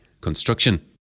construction